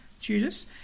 Judas